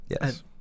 Yes